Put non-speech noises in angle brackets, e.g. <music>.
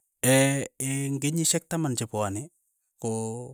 <hesitation> eng' kenyishek taman che pwoni, ko